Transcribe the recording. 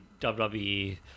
WWE